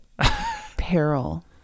Peril